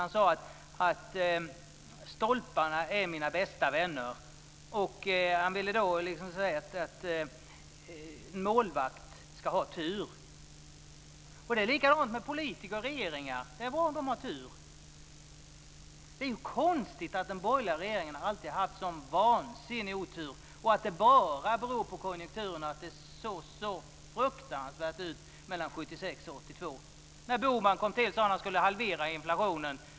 Han sade att stolparna var hans bästa vänner. Han ville säga att en målvakt ska ha tur. Det är likadant med politiker och regeringar, det är bra om de har tur. Det är ju konstigt att den borgerliga regeringen alltid har haft en sådan vansinnig otur, att det bara beror på konjunkturerna att det såg så fruktansvärt ut mellan 1976 och 1982. När Bohman tillträdde sade han att han skulle halvera inflationen.